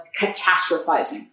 catastrophizing